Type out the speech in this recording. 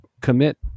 commit